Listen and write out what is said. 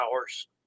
hours